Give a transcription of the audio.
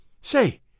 Say